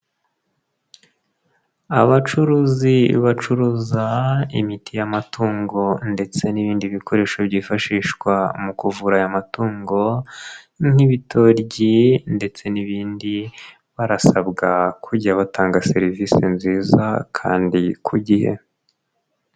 Abacuruzi bacuruza imiti y'amatungo ndetse n'ibindi bikoresho byifashishwa mu kuvura aya matungo nk'ibitoryi ndetse n'ibindi, barasabwa kujya batanga serivisi nziza kandi ku gihe.